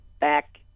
back